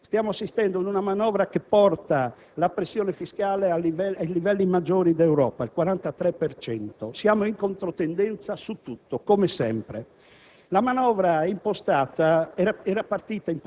finanziaria sta avvenendo l'esatto contrario. Stiamo assistendo ad una manovra che porta la pressione fiscale ai livelli maggiori d'Europa (43 per cento); siamo in controtendenza su tutto, come sempre.